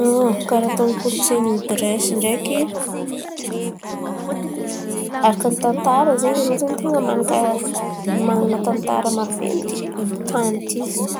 Karà atôny kolontsain̈y Giresy ndreky. Araka tantara zen̈y irô zen̈y ten̈a manakà manan̈a tantara maventy amintany ity zen̈y.